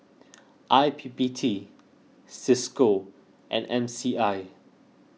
I P P T Cisco and M C I